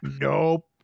Nope